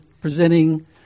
presenting